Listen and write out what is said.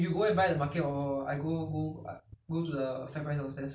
the ya supermarket [one] normally not so fresh ah